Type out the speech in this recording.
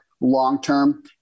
long-term